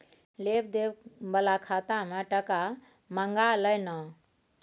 लेब देब बला खाता मे टका मँगा लय ना